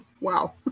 wow